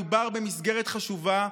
מדובר במסגרת חשובה.